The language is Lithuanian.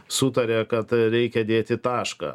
sutarė kad reikia dėti tašką